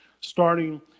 starting